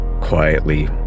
quietly